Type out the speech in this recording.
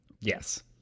yes